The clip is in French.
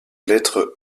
lettre